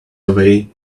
away